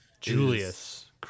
Julius